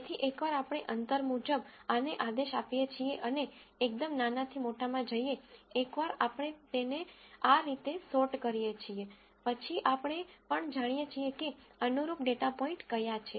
તેથી એકવાર આપણે અંતર મુજબ આને આદેશ આપીએ છીએ અને એકદમ નાનાથી મોટામાં જઈએ એકવાર આપણે તેને આ રીતે સોર્ટ કરીએ છીએ પછી આપણે પણ જાણીએ છીએ કે અનુરૂપ ડેટા પોઇન્ટ ક્યા છે